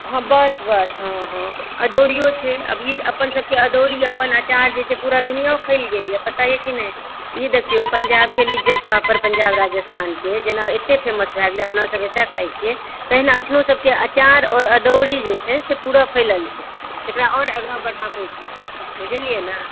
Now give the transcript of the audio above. हॅं बस बस हॅं हॅं अदौड़ियो छै अपन सभके ई अदौड़ी लए अपन आचार जे छै से पुरा दुनिआ फैल गेल यऽ पता यऽ कि नहि ई देखियौ पञ्जाबके लिज्जत पापड़ पञ्जाब राजस्थानके जेना एते फेमस छै जे अपना सभ एतऽ खाइ छियै तहिना अपनो सभके आचार आओर अदौड़ी जे छै से पुरा फेमस छै एकरा इओर आगाँ बढ़ाबैके लेल बुझलियै ने